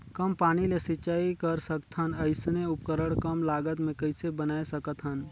कम पानी ले सिंचाई कर सकथन अइसने उपकरण कम लागत मे कइसे बनाय सकत हन?